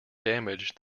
damage